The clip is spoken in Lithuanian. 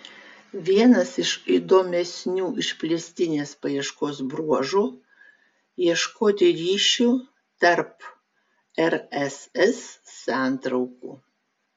vienas iš įdomesnių išplėstinės paieškos bruožų ieškoti ryšių tarp rss santraukų